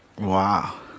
Wow